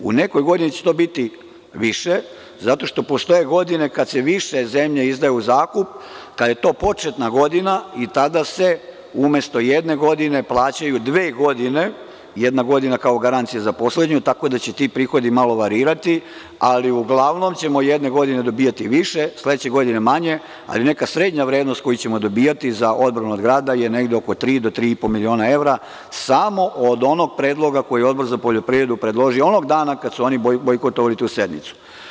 U nekoj godini će to biti više zato što postoje godine kada se više zemlje izdaje u zakup, kada je to početna godina, i tada se umesto jedne godine plaćaju dve godine, jedna godina kao garancija za poslednju, tako da će ti prihodi malo varirati, ali uglavnom ćemo jedne godine dobijati više, sledeće godine manje, ali neka srednja vrednost koju ćemo dobijati za odbranu od grada je oko tri do tri i po miliona evra samo od onog predloga koji je Odbor za poljoprivredu predložio onog dana kada su oni bojkotovali tu sednicu.